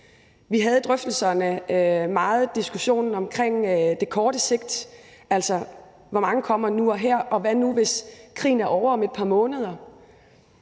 Vi havde under drøftelserne meget diskussion om det korte sigt, altså hvor mange kommer nu og her, og hvad nu hvis krigen er ovre om et par måneder?